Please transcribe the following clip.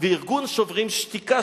וארגון "שוברים שתיקה",